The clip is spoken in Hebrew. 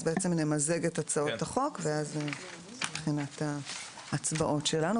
אז בעצם נמזג את הצעות החוק ואז נכין את ההצבעות שלנו.